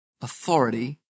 authority